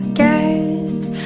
guess